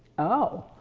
oh.